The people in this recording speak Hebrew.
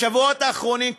בשבועות האחרונים,